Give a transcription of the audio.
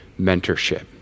mentorship